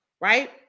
right